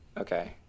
Okay